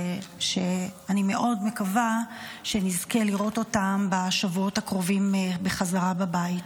שאני מאוד מקווה שנזכה לראות אותן בשבועות הקרובים בחזרה בבית.